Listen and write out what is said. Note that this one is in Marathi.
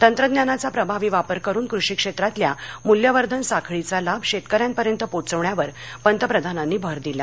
तंत्रज्ञानाचा प्रभावी वापर करून कृषी क्षेत्रातल्या मूल्यवर्धन साखळीचा लाभ शेतकऱ्यांपर्यंत पोचवण्यावर पंतप्रधानांनी भर दिला